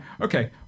Okay